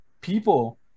people